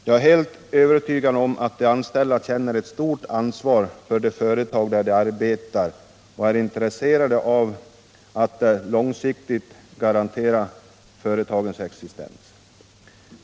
Jag är helt övertygad om att de anställda känner ett stort ansvar för de företag där de arbetar och är intresserade av att långsiktigt garantera företagens existens.